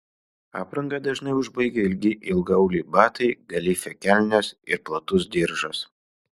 aprangą dažnai užbaigia ilgi ilgaauliai batai galifė kelnės ir platus diržas